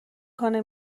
کنه